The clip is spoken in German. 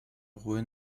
ruhe